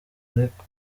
ariko